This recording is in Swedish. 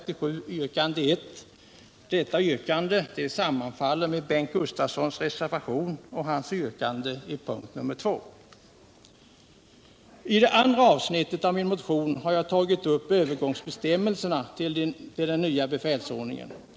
I det andra avsnittet av min motion har jag tagit upp övergångsbestäm melserna till den nya befälsordningen.